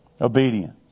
Obedience